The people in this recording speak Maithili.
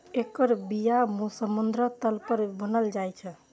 एकर बिया समुद्रक तल पर बुनल जाइ छै